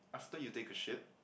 after you take a shit